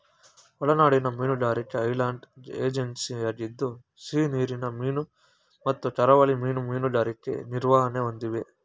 ಒಳನಾಡಿನ ಮೀನುಗಾರಿಕೆ ಐರ್ಲೆಂಡ್ ಏಜೆನ್ಸಿಯಾಗಿದ್ದು ಸಿಹಿನೀರಿನ ಮೀನು ಮತ್ತು ಕರಾವಳಿ ಮೀನು ಮೀನುಗಾರಿಕೆ ನಿರ್ವಹಣೆ ಹೊಂದಿವೆ